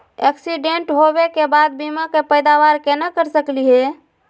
Accident होवे के बाद बीमा के पैदावार केना कर सकली हे?